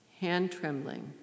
hand-trembling